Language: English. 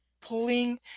pulling